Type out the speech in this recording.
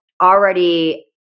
already